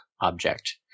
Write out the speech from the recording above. object